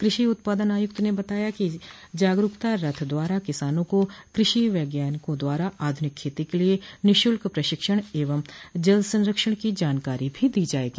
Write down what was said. कृषि उत्पादन आयुक्त ने बताया कि जागरूकता रथ द्वारा किसानों को कृषि वैज्ञानिकों द्वारा आध्निक खेती के लिए निशुल्क प्रशिक्षण एवं जल संरक्षण की जानकारी भी दी जायेगी